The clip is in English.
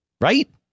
Right